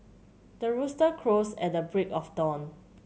the rooster crows at the break of dawn